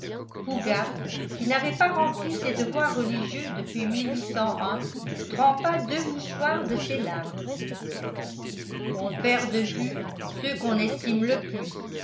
fougas qui n'avait pas rempli ses devoirs religieux depuis trempa deux mouchoirs de ses larmes on perd de vue ceux qu'on estime le plus